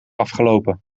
afgelopen